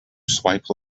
swipe